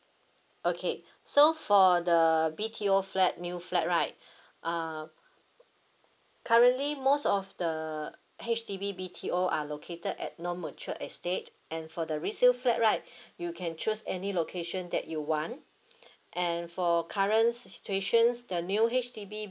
okay so for the B_T_O flat new flat right uh currently most of the H_D_B B_T_O are located at non mature estate and for the resale flat right you can choose any location that you want and for current situations the new H_D_B